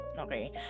Okay